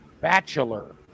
bachelor